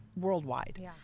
worldwide